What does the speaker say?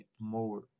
more